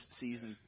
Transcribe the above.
season